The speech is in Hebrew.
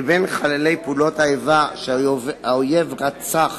לבין חללי פעולות האיבה, שהאויב רצח